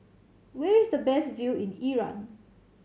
where is the best view in Iran